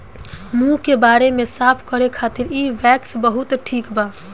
मुंह के बरे साफ करे खातिर इ वैक्स बहुते ठिक बा